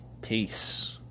Peace